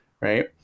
right